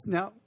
Now